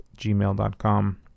gmail.com